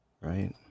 Right